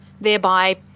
thereby